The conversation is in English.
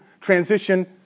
transition